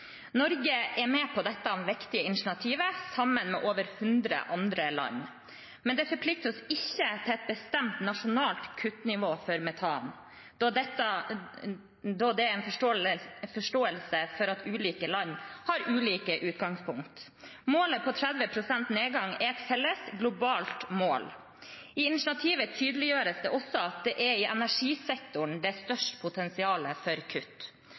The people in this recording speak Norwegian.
Norge er med på dette viktige initiativet sammen med over 100 andre land, men det forplikter oss ikke til et bestemt nasjonalt kuttnivå for metan, da det er forståelse for at ulike land har ulike utgangspunkt. Målet om 30 pst. nedgang er et felles, globalt mål. I initiativet tydeliggjøres det også at det er i energisektoren det er størst potensial for kutt.